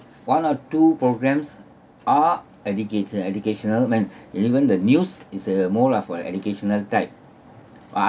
one or two programmes are educator educational when even the news is a more of a educational type